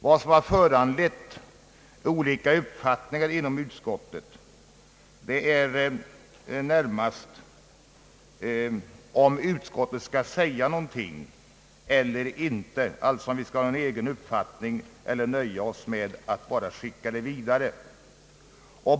Vad som har föranlett olika uppfattningar inom utskottet är närmast om vi skall säga någonting eller inte, alltså om vi skall ha en egen uppfattning eller nöja oss med att endast skicka det vidare.